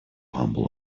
humble